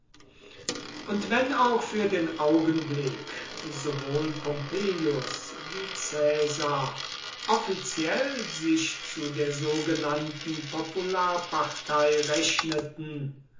und wenn auch für den augenblick sowohl pompeius wie caesar offiziell sich zu der sogenannten popularpartei rechneten